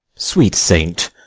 sweet saint,